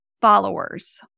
followers